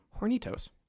Hornitos